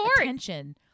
attention